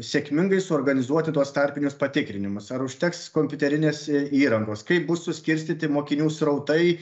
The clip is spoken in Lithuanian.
sėkmingai suorganizuoti tuos tarpinius patikrinimus ar užteks kompiuterinės įrangos kaip bus suskirstyti mokinių srautai